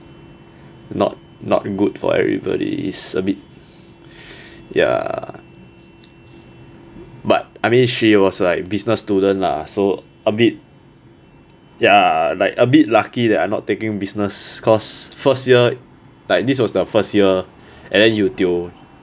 not not good for everybody is a bit ya but I mean she was like business student lah so a bit ya like a bit lucky that I not taking business cause first year like this was the first year and then you tio